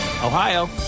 Ohio